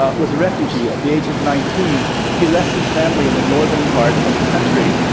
ah was a refugee. at the age of nineteen, he left his family in the northern part of the country,